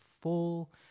full